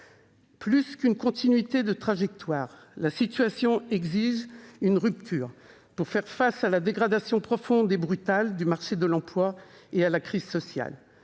Plus qu'une continuité de trajectoire, la situation exige une rupture pour faire face à la dégradation profonde et brutale du marché de l'emploi et à la crise sociale.